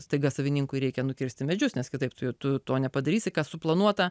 staiga savininkui reikia nukirsti medžius nes kitaip tu tu to nepadarysi kas suplanuota